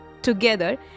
together